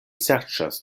serĉas